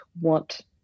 want